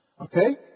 Okay